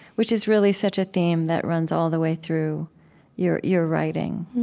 which is really such a theme that runs all the way through your your writing.